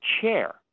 chair